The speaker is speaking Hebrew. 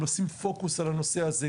יש מקום לשים פוקוס על הנושא הזה,